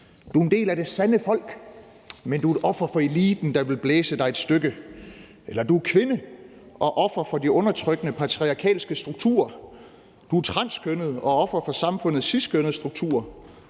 du er en del af det sande folk, men du et offer for eliten, der vil blæse dig et stykke; eller du er kvinde og offer for de undertrykkende, patriarkalske strukturer; du er transkønnet og offer for samfundets ciskønnede strukturer;